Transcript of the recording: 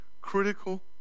critical